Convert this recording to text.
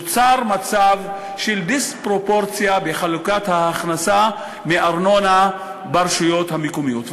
נוצר מצב של דיספרופורציה בחלוקת ההכנסה מארנונה ברשויות המקומיות.